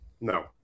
No